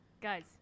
Guys